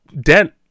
Dent